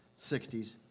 60s